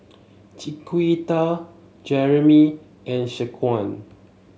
Chiquita Jeramy and Shaquan